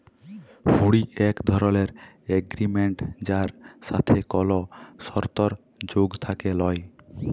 হুঁড়ি এক ধরলের এগরিমেনট যার সাথে কল সরতর্ যোগ থ্যাকে ল্যায়